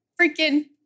freaking